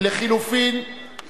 אנחנו מסירים עכשיו הכול.